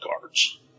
cards